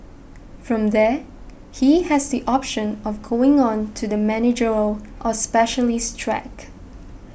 from there he has the option of going on to the managerial or specialist track